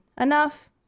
enough